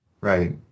Right